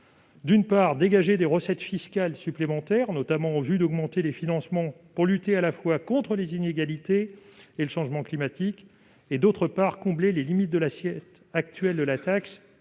d'une part, dégager des recettes fiscales supplémentaires, notamment en vue d'augmenter les financements pour lutter contre à la fois les inégalités et le changement climatique ; d'autre part, combler les limites de l'assiette actuelle de la taxe,